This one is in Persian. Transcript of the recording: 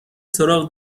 سراغ